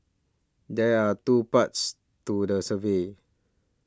there are two parts to the survey